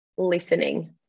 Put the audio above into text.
Listening